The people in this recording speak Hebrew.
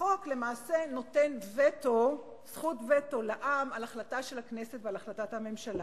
החוק למעשה נותן זכות וטו לעם על החלטה של הכנסת ועל החלטת הממשלה.